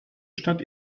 stadt